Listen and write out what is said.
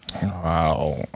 Wow